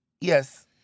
Yes